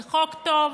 זה חוק טוב,